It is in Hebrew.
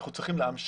אנחנו צריכים להמשיך